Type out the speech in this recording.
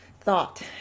thought